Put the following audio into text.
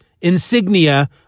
insignia